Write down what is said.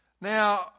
Now